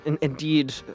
Indeed